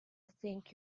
think